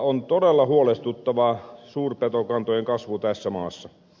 on todella huolestuttavaa suurpetokantojen kasvu tässä maassa